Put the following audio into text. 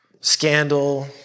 scandal